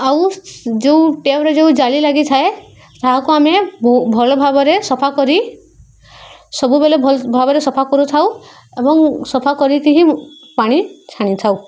ଆଉ ଯେଉଁ ଟ୍ୟାପରେ ଯେଉଁ ଜାଲି ଲାଗିଥାଏ ତାହାକୁ ଆମେ ଭଲ ଭାବରେ ସଫା କରି ସବୁବେଲେ ଭଲ ଭାବରେ ସଫା କରୁଥାଉ ଏବଂ ସଫା କରିକି ହିଁ ପାଣି ଛାଣିଥାଉ